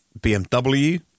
BMW